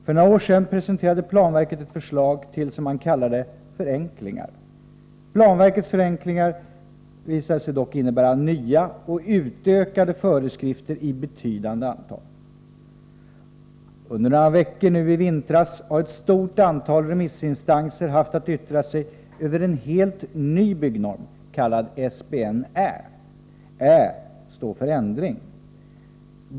För några år sedan presenterade planverket ett förslag till, som man kallade det, ”förenklingar”. Planverkets ”förenklingar” visade sig dock innebära nya och utökade föreskrifter i betydande antal. Under några veckor nu i vintras har ett stort antal remissinstanser haft att yttra sig över en helt ny byggnorm, kallad SBN-Ä. Ä står för ändring.